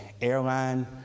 Airline